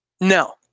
no